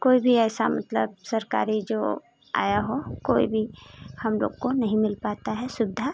कोई भी ऐसा मतलब सरकारी जो आया हो कोई भी हम लोग को नहीं मिल पाता है सुविधा